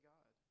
God